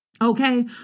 Okay